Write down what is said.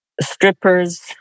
Strippers